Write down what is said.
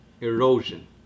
Erosion